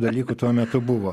dalykų tuo metu buvo